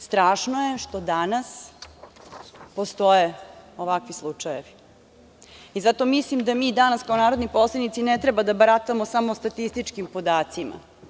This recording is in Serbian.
Strašno je što danas postoje ovakvi slučajevi i zato mislim da mi danas kao narodni poslanici ne treba da baratamo samo statističkim podacima.